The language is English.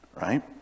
Right